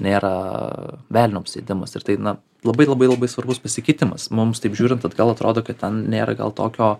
nėra velnio apsėdimas ir tai na labai labai labai svarbus pasikeitimas mums taip žiūrint atgal atrodo kad ten nėra gal tokio